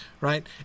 Right